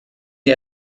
wir